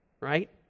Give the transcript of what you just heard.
right